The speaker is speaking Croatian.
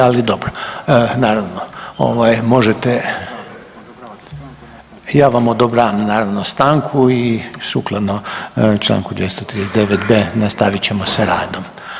Ali dobro, naravno možete, ja vam odobravam naravno stanku i sukladno članku 239.b nastavit ćemo sa radom.